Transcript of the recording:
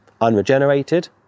unregenerated